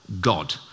God